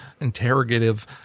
interrogative